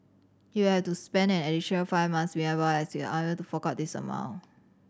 he will have to spend an additional five months behind bars as he was unable to fork out this amount